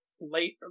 late